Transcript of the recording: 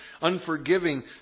unforgiving